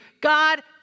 God